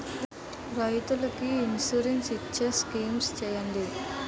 రైతులు కి ఇన్సురెన్స్ ఇచ్చే స్కీమ్స్ చెప్పండి?